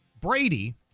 Brady